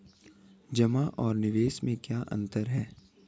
जमा और निवेश में क्या अंतर है?